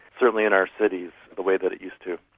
certainly in our cities, the way that it used to.